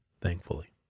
thankfully